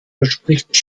verspricht